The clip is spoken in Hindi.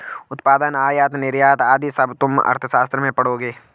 उत्पादन, आयात निर्यात आदि सब तुम अर्थशास्त्र में पढ़ोगे